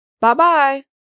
Bye-bye